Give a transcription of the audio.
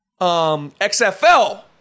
XFL